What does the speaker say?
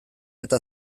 eta